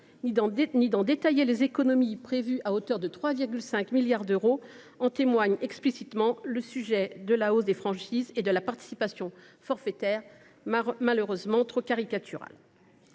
ni de détailler les économies prévues à hauteur de 3,5 milliards d’euros. En témoigne explicitement la hausse des franchises et de la participation forfaitaire, au traitement malheureusement trop caricatural.